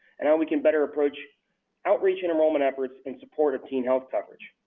and how we can better approach outreach and enrollment efforts in support of teen health coverage.